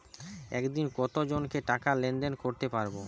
একদিন কত জনকে টাকা লেনদেন করতে পারবো?